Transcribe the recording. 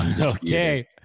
Okay